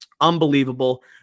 unbelievable